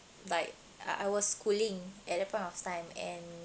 like I was schooling at that point of time and